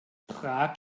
prag